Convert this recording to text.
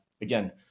again